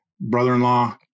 brother-in-law